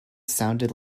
sounded